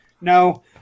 no